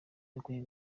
dukwiye